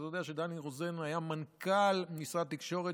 אתה יודע שדני רוזן היה מנכ"ל משרד התקשורת